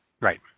Right